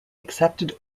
accepted